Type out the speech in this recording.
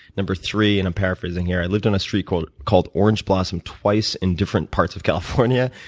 number three and i'm paraphrasing here i lived on a street called called orange blossom twice in different parts of california.